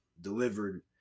delivered